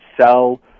sell